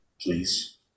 Please